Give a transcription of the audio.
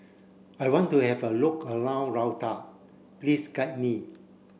I want to have a look around Luanda please guide me